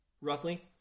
roughly